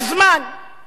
יש ביורוקרטיה.